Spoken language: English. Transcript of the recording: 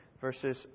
verses